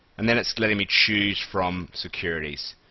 and then it's letting me choose from securities.